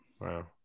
Wow